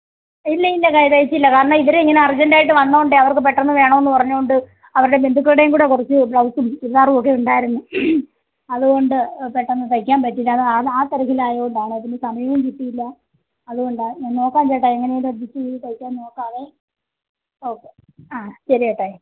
ഇല്ല ഇല്ല തയ്ച്ചില്ല കാരണം ഇവർ ഇങ്ങനെ അർജൻറ് ആയിട്ട് വന്നത് കൊണ്ടേ അവർക്ക് പെട്ടെന്ന് വേണം എന്ന് പറഞ്ഞതുകൊണ്ട് അവരുടെ ബന്ധുക്കളുടെയും കൂടെ കുറച്ച് ബ്ലൗസും ചുരിദാറും ഒക്കെ ഉണ്ടായിരുന്നു അതുകൊണ്ട് പെട്ടെന്ന് തയ്ക്കാൻ പറ്റിയില്ല കാരണം ആ ആ തിരക്കിൽ ആയതുകൊണ്ടാണ് അതിന് സമയവും കിട്ടിയില്ല അതുകൊണ്ടാണ് ഞാൻ നോക്കാം ചേട്ടാ എങ്ങനെയെങ്കിലും അഡ്ജസ്റ്റ് ചെയ്ത് തയ്ക്കാൻ നോക്കാവേ ഓക്കെ ആ ശരി ഏട്ടായി